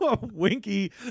winky